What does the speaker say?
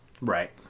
Right